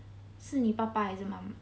是你爸爸还是妈妈